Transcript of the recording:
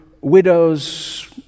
widows